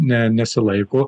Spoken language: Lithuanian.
ne nesilaiko